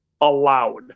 allowed